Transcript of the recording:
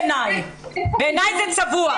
בעיניי זה צבוע.